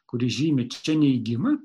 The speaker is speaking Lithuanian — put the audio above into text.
kuris žymi čia neigimą